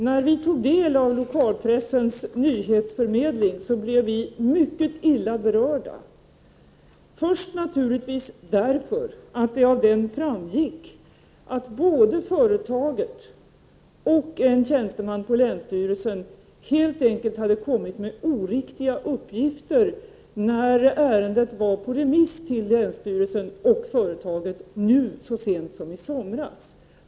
När vi tog del av lokalpressens nyhetsförmedling blev vi mycket illa berörda, främst av det skälet att det av denna framgick att både företaget och en tjänsteman på länsstyrelsen helt enkelt kommit med oriktiga uppgifter när ärendet så sent som i somras var på remiss hos länsstyrelsen och företaget.